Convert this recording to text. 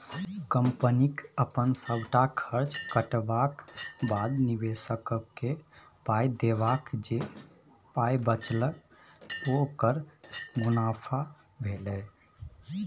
कंपनीक अपन सबटा खर्च कटबाक बाद, निबेशककेँ पाइ देबाक जे पाइ बचेलक ओकर मुनाफा भेलै